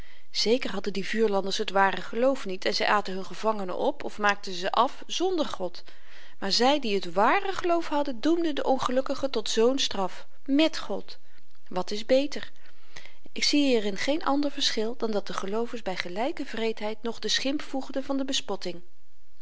zeker hadden die vuurlanders t ware geloof niet en zy aten hun gevangenen op of maakten ze af znder god maar zy die t ware geloof hadden doemden den ongelukkige tot zoo'n straf mèt god wat is beter ik zie hierin geen ander verschil dan dat de geloovers by gelyke wreedheid nog den schimp voegden van de bespotting